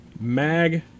Mag